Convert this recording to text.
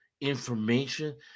information